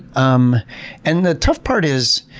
um and the tough part is,